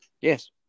yes